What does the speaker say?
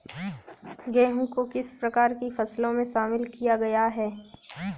गेहूँ को किस प्रकार की फसलों में शामिल किया गया है?